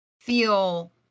feel